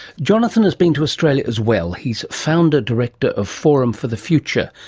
jonathon has been to australia as well. he's founder director of forum for the future,